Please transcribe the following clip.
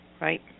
right